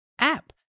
app